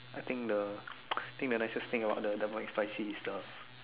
I think the I think the nicest thing about the double McSpicy is the